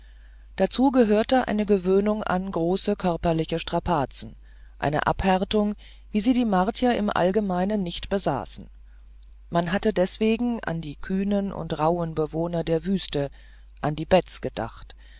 dazu gehörte eine gewöhnung an große körperliche strapazen eine abhärtung wie sie die martier im allgemeinen nicht besaßen man hatte deswegen an die kühnen und rauhen bewohner der wüsten an die beds gedacht